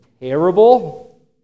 terrible